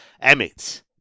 Emmett